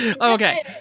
Okay